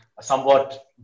somewhat